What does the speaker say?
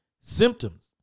symptoms